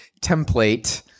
template